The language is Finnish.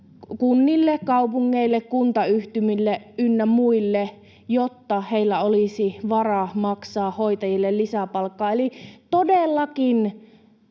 kunnille, kaupungeille, kuntayhtymille ynnä muille, jotta heillä olisi varaa maksaa hoitajille lisää palkkaa. Eli todellakin